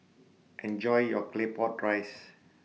Enjoy your Claypot Rice